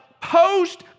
post